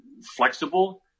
flexible